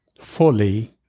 fully